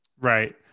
Right